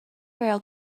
rail